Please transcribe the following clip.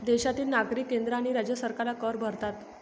देशातील नागरिक केंद्र आणि राज्य सरकारला कर भरतात